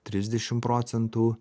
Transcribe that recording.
trisdešim procentų